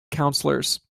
councillors